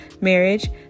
marriage